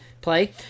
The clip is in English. play